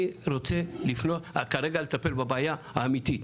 אני רוצה כרגע לטפל בבעיה האמיתית